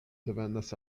devenas